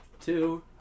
two